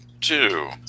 two